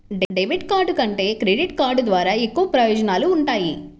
debit card కంటే credit card ద్వారా ఎక్కువ ప్రయోజనాలు వుంటయ్యి